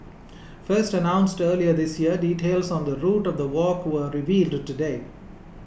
first announced earlier this year details on the route of the walk were revealed today